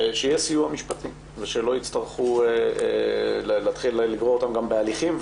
שיהיה סיוע ושלא יצטרכו להתחיל לגרור אותם גם בהליכים,